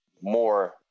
more